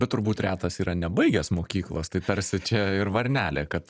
bet turbūt retas yra nebaigęs mokyklos tai tarsi čia ir varnelė kad